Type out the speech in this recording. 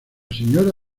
señora